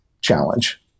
challenge